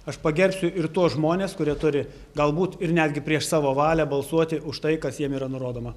aš pagerbsiu ir tuos žmones kurie turi galbūt ir netgi prieš savo valią balsuoti už tai kas jiem yra nurodoma